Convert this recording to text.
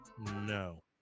No